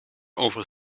over